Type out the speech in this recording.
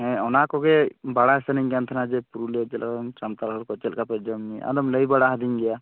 ᱦᱮᱸ ᱚᱱᱟ ᱠᱚᱜᱮ ᱵᱟᱲᱟ ᱥᱟᱱᱟᱹᱧ ᱠᱟᱱᱟ ᱛᱟᱦᱮᱱᱟ ᱡᱮ ᱯᱩᱨᱩᱞᱤᱭᱟᱹ ᱡᱮᱞᱟ ᱥᱟᱱᱛᱟᱲ ᱦᱚᱲ ᱠᱚ ᱪᱮᱫ ᱞᱮᱠᱟ ᱯᱮ ᱡᱚᱢ ᱧᱩᱭᱟ ᱟᱫᱚᱢ ᱞᱟᱹᱭ ᱵᱟᱲᱟ ᱟᱫᱤᱧ ᱜᱮᱭᱟ